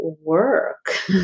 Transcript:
work